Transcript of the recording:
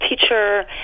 teacher